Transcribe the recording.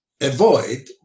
Avoid